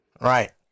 Right